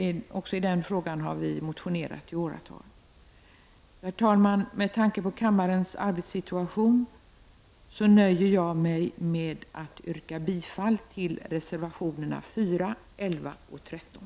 Också i den frågan har vi motionerat i åratal. Herr talman! Med tanke på kammarens arbetssituation nöjer jag mig med att yrka bifall till reservationerna 4, 11 och 13.